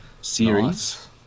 series